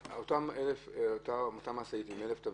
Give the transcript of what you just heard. אותה משאית עם 1,000 תבניות,